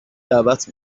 دعوت